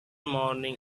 morning